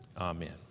Amen